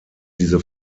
diese